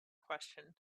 question